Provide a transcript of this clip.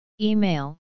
Email